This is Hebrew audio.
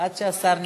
עד שהשר נכנס.